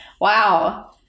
Wow